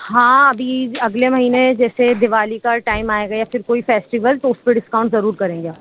ہاں ابھی اگلے مہینے جیسے دیوالی کا ٹائم آئے گا یا پھر کوئی فیسٹیول تو اس پہ ڈسکاؤنٹ ضرور کریں گے